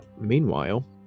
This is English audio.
Meanwhile